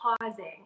pausing